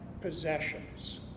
possessions